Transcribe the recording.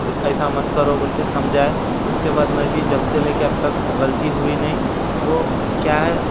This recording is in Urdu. ایسا مت کرو بول کے سمجھایا اس کے بعد میں بھی جب سے لے کے اب تک غلطی ہوئی نہیں وہ کیا ہے